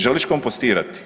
Želiš kompostirati?